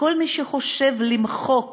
לכל מי שחושב למחוק